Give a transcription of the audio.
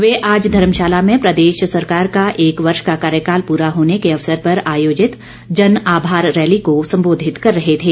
वे आज धर्मशाला में प्रदेश सरकार का एक वर्ष का कार्यकाल पूरा होने के अवसर पर आयोजित जन आभार रैली को सम्बोधित कर रहे थे